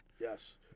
Yes